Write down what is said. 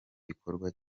gikorwa